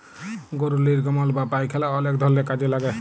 গরুর লির্গমল বা পায়খালা অলেক ধরলের কাজে লাগে